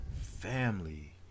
Family